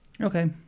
Okay